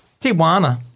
Tijuana